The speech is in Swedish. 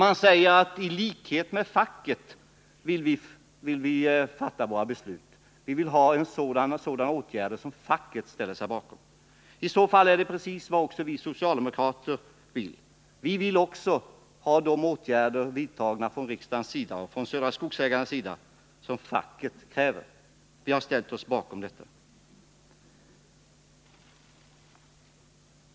Centerns länsorganisation säger sig vilja ha sådana åtgärder som facket ställer sig bakom. I så fall är det precis vad också vi socialdemokrater vill. Vi vill att sådana åtgärder vidtas från riksdagens sida och från Södra Skogsägarnas sida som facket kräver.